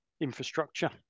infrastructure